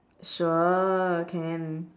sure can